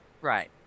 right